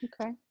Okay